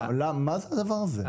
מה זה הדבר הזה?